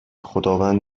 خداوند